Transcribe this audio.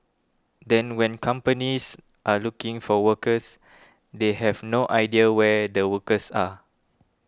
then when companies are looking for workers they have no idea where the workers are